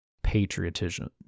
patriotism